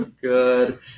good